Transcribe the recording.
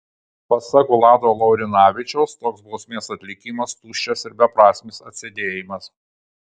pasak vlado laurinavičiaus toks bausmės atlikimas tuščias ir beprasmis atsėdėjimas